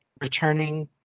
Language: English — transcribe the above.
returning